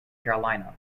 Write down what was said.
carolina